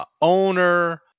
Owner